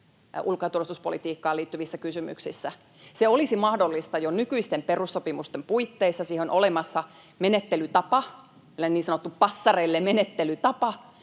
ulko- ja turvallisuuspolitiikkaan liittyvissä kysymyksissä. [Välihuuto perussuomalaisten ryhmästä] Se olisi mahdollista jo nykyisten perussopimusten puitteissa. Siihen on olemassa menettelytapa, niin sanottu passerelle-menettelytapa,